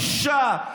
איזו בושה.